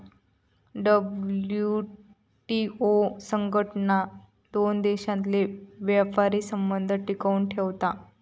WTO संघटना दोन देशांतले व्यापारी संबंध टिकवन ठेवता